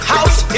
House